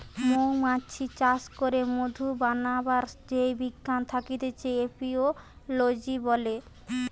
মৌমাছি চাষ করে মধু বানাবার যেই বিজ্ঞান থাকতিছে এপিওলোজি বলে